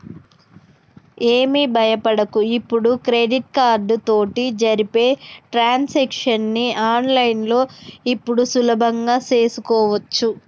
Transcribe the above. ఏమి భయపడకు ఇప్పుడు క్రెడిట్ కార్డు తోటి జరిపే ట్రాన్సాక్షన్స్ ని ఆన్లైన్లో ఇప్పుడు సులభంగా చేసుకోవచ్చు